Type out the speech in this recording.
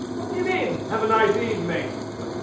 what do you mean, have a nice evening. what